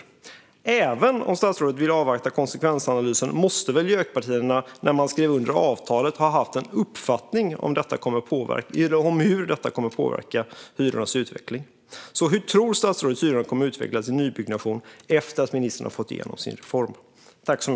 Men även om statsrådet vill avvakta konsekvensanalysen måste väl JÖK-partierna, när de skrev under avtalet, ha haft en uppfattning om hur detta kommer att påverka hyrornas utveckling? Hur tror statsrådet att hyrorna kommer att utvecklas i nybyggnation efter att ministern har fått igenom sin reform?